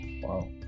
wow